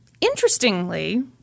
Interestingly